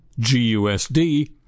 GUSD